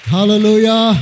Hallelujah